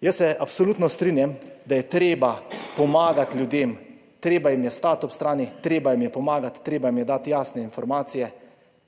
Jaz se absolutno strinjam, da je treba pomagati ljudem, treba jim je stati ob strani, treba jim je pomagati, treba jim je dati jasne informacije,